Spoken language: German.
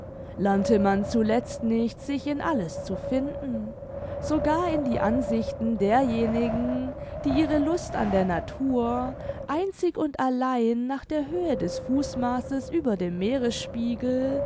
lernte man zuletzt nicht sich in alles zu finden sogar in die ansichten derjenigen die ihre lust an der natur einzig und allein nach der höhe des fußmaßes über dem meeresspiegel